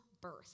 birth